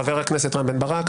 חבר הכנסת רם בן ברק,